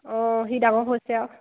অঁ সি ডাঙৰ হৈছে আৰু